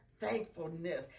thankfulness